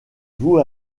vous